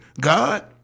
God